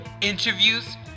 interviews